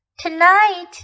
Tonight